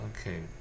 okay